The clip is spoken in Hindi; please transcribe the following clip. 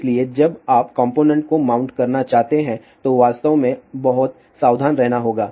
इसलिए जब आप कॉम्पोनेन्ट को माउंट करना चाहते हैं तो आपको वास्तव में बहुत सावधान रहना होगा